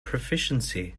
proficiency